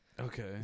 okay